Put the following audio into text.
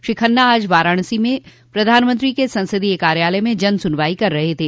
श्री खन्ना आज वाराणसी में प्रधानमंत्री के संसदोय कार्यालय में जन सुनवाई कर रहे थे